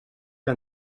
que